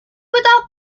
without